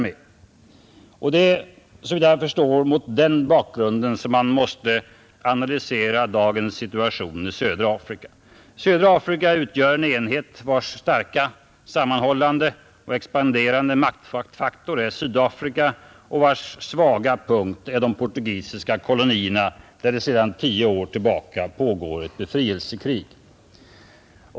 Det är såvitt jag förstår mot denna bakgrund vi måste analysera dagens situation i södra Afrika. Södra Afrika utgör en enhet, vars starka sammanhållande och expanderande maktfaktor är Sydafrika och vars svaga punkt är de portugisiska kolonierna, där det sedan tio år tillbaka pågår ett befrielsekrig.